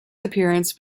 appearance